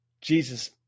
Jesus